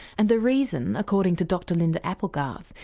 and the reason, according to dr. linda applegarth,